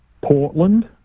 Portland